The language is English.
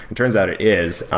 it turns out it is.